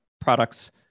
products